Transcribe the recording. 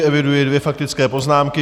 Eviduji dvě faktické poznámky.